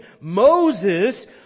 Moses